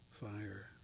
fire